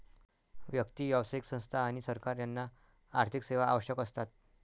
व्यक्ती, व्यावसायिक संस्था आणि सरकार यांना आर्थिक सेवा आवश्यक असतात